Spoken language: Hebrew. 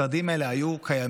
שנייה, שנייה.